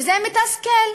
וזה מתסכל.